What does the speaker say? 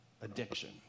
Addiction